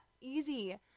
easy